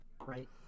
Right